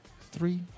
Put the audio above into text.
Three